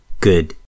Good